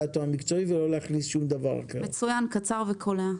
קצר וקולע.